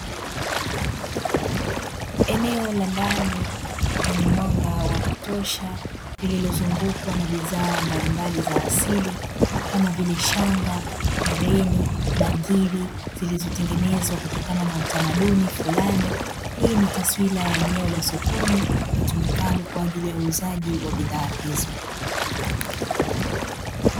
Eneo la ndani lenye mwanga wa kutosha lililozungukwa na bidhaa mbalimbali za asili kama vile shanga, heleni, bangili, zilizotengenezwa kutokana na utamaduni fulani hii ni taswira ya eneo la sokoni litumikalo kwa ajili ya uuzaji wa bidhaa hizo.